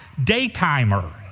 daytimer